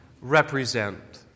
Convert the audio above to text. represent